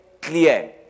clear